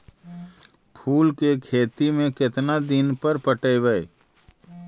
फूल के खेती में केतना दिन पर पटइबै?